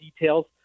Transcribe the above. details